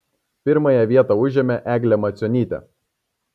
pirmąją vietą užėmė eglė macionytė